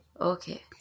Okay